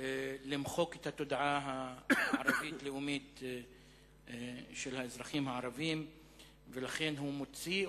למחיקת התודעה הערבית-הלאומית של האזרחים הערבים ולכן הוא מוציא,